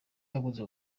hakunze